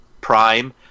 Prime